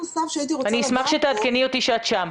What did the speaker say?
ואשמח שתעדכני אותי שאת שם.